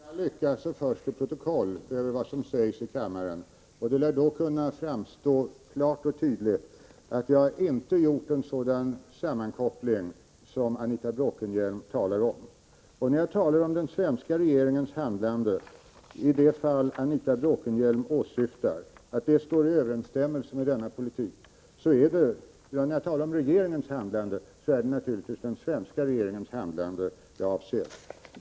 Herr talman! Till all lycka förs det protokoll över vad som sägs här i kammaren. Det lär således klart och tydligt kunna framstå att jag inte har gjort en sådan sammankoppling som Anita Bråkenhielm talar om. När jag talar om att regeringens handlande i det fall som Anita Bråkenhielm åsyftar står i överensstämmelse med vår politik, är det naturligtvis den svenska regeringens handlande jag avser.